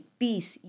peace